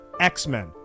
X-Men